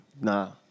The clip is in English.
Nah